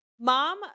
Mom